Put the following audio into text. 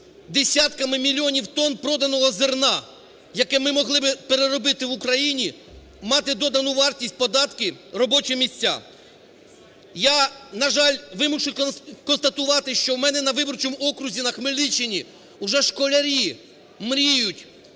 десятками мільйонів тонн проданого зерна, яке ми могли би переробити в Україні, мати додану вартість, податки, робочі місця. Я, на жаль, вимушений констатувати, що у мене на виборчому окрузі на Хмельниччині уже школярі мріють